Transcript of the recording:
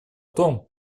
том